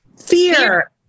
fear